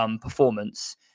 performance